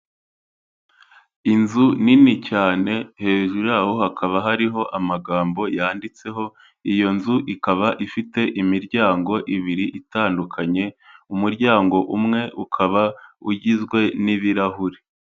Inzu nini cyane, hejuru yaho hakaba hariho amagambo yanditseho, iyo nzu ikaba ifite imiryango ibiri itandukanye, umuryango umwe ukaba ugizwe n'ibirahuri.